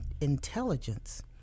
intelligence